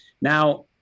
Now